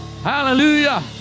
Hallelujah